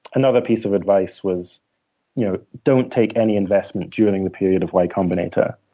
another piece of advice was you know don't take any investment during the period of y combinator.